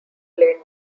played